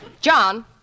John